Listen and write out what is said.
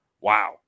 wow